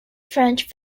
french